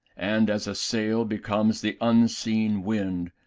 and as a sail becomes the unseen wind,